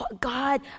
God